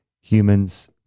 humans